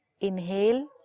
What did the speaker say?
Inhale